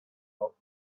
out